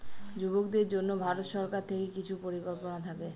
যুবকদের জন্য ভারত সরকার থেকে কিছু পরিকল্পনা থাকে